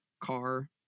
car